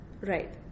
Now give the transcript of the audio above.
Right